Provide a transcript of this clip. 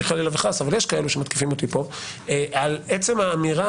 חלילה וחס אבל יש כאלה שמתקיפים אותי כאן - ולהגן על עצם האמירה